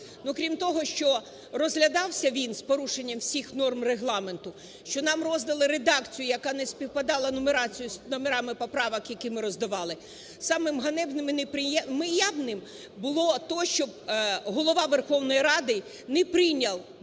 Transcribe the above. Крім того, що розглядався він з порушенням всіх норм Регламенту, що нам роздали редакцію, яка не співпадала, нумерація, з номерами поправок, які ми роздавали. Самим ганебним і неприємним було те, що Голова Верховної Ради не прийняв